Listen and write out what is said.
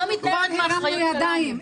אנחנו כבר הרמנו ידיים.